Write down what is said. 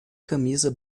camisa